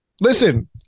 Listen